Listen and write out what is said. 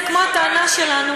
זה כמו הטענה שלנו,